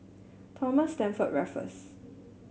Thomas Stamford Raffles